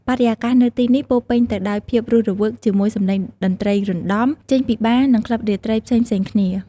បរិយាកាសនៅទីនេះពោរពេញទៅដោយភាពរស់រវើក ជាមួយ សំឡេងតន្ត្រីរណ្ដំ ចេញពីបារ និងក្លឹបរាត្រីផ្សេងៗគ្នា។